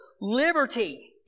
liberty